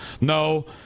no